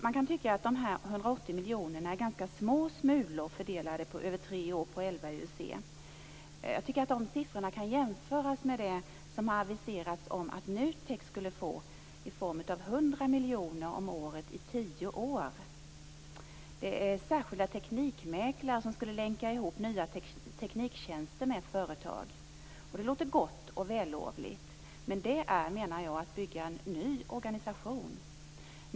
Man kan tycka att de 180 miljoner kronorna är ganska små smulor fördelade över tre år och på elva IUC. Men jag tycker att de här siffrorna kan jämföras med vad som aviserats att NUTEK skulle få i form av 100 miljoner kronor om året i tio år. Det är särskilda teknikmäklare som skulle länka ihop nya tekniktjänster med företag. Det låter gott och vällovligt, men det är att bygga en ny organisation.